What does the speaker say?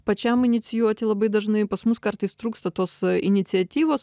pačiam inicijuoti labai dažnai pas mus kartais trūksta tos iniciatyvos